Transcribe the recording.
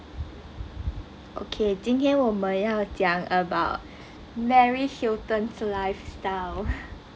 okay 今天我们要讲 about mary hilton lifestyle